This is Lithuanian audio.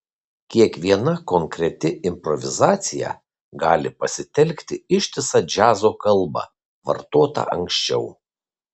kiekviena konkreti improvizacija gali pasitelkti ištisą džiazo kalbą vartotą anksčiau